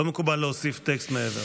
לא מקובל להוסיף טקסט מעבר.